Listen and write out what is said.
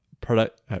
Product